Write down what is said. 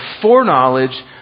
foreknowledge